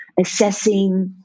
assessing